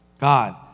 god